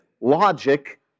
logic